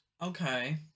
okay